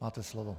Máte slovo.